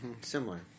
Similar